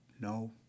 no